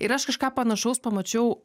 ir aš kažką panašaus pamačiau